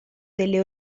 delle